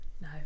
no